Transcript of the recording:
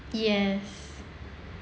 yes